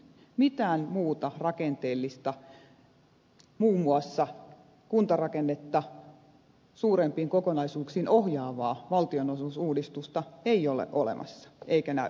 mitään muuta rakenteellista muun muassa kuntarakennetta suurempiin kokonaisuuksiin ohjaavaa valtionosuusuudistusta ei ole olemassa eikä näkyvissä